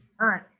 Right